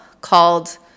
called